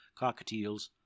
cockatiels